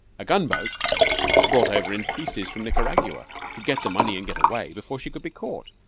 a gun-boat brought over in pieces from niagara could get the money and get away before she could be caught,